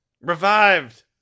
revived